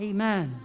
Amen